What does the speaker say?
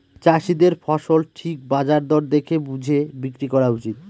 চাষীদের ফসল ঠিক বাজার দর দেখে বুঝে বিক্রি করা উচিত